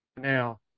now